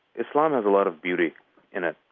islam has a lot of beauty in it.